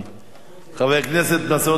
חבר הכנסת מסעוד גנאים,